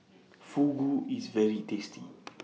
Fugu IS very tasty